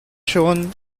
schon